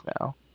now